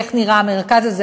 איך נראה המרכז הזה,